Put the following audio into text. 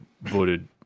voted